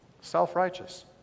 Self-righteous